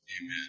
Amen